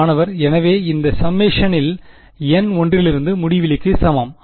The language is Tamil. மாணவர் எனவே இந்த சம்மேஷனில் n ஒன்றிலிருந்து முடிவிலிக்கு சமம்